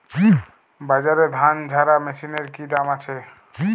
বাজারে ধান ঝারা মেশিনের কি দাম আছে?